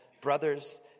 Brothers